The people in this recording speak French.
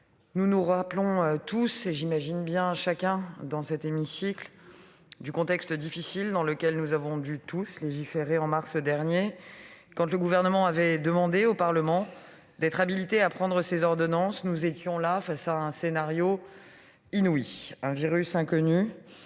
Nous nous rappelons tous, et vous particulièrement dans cet hémicycle, du contexte difficile dans lequel nous avons dû légiférer en mars dernier. Quand le Gouvernement avait demandé au Parlement d'être habilité à prendre ces ordonnances, nous étions face à un scénario inouï : un virus inconnu